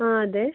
ആ അതെ